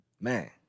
man